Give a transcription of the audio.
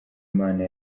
imana